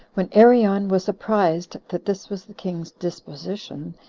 when arion was apprized that this was the king's disposition,